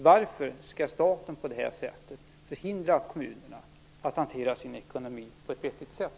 Varför skall staten på det här sättet förhindra kommunerna att hantera sin ekonomi på ett vettigt sätt?